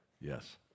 yes